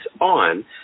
on